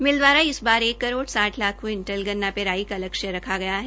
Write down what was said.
मिल द्वारा इस बार एक करोड़ साठ लाख क्विंटल् गन्ना पिराई का लक्ष्य रखा गया है